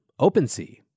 OpenSea